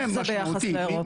זה משמעותי.